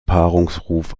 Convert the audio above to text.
paarungsruf